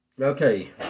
Okay